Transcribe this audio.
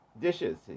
dishes